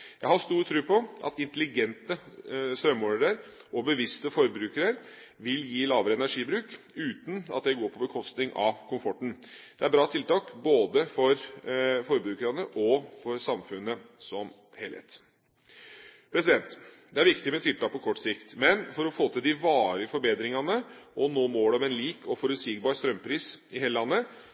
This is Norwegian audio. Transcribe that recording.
Jeg har stor tro på at intelligente strømmålere og bevisste forbrukere vil gi lavere energibruk uten at det går på bekostning av komforten. Dette er et bra tiltak både for forbrukerne og for samfunnet som helhet. Det er viktig med tiltak på kort sikt, men for å få til de varige forbedringene og nå målet om en lik, forutsigbar strømpris i hele landet,